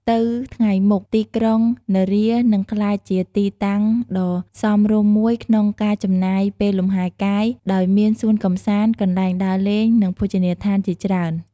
ទៅថ្ងៃមុខ ទីក្រុងនរានឹងក្លាយជាទីតាំងដ៏សមរម្យមួយក្នុងការចំណាយពេលលំហែលកាយ ដោយមានសួនកម្សាន្ត កន្លែងដើរលេង និងភោជនីយដ្ឋានជាច្រើន។